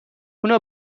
اونو